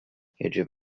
يجب